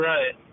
Right